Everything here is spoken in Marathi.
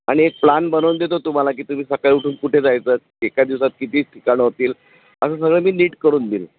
आणि एक प्लान बनवून देतो तुम्हाला की तुम्ही सकाळी उठून कुठे जायचं एका दिवसात किती ठिकाणं होतील असं सगळं मी नीट करून देईल